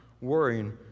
worrying